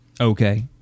Okay